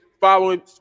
following